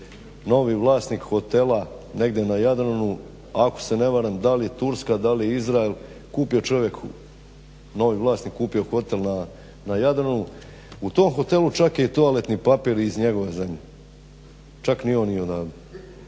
novi vlasnik hotela negdje na Jadranu, ako se ne varam da li Turska, da li Izrael, kupio čovjek, novi vlasnik kupio hotel na Jadranu, u tom hotelu čak je i toaletni papir iz njegove zemlje, čak ni on nije odavde.